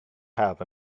have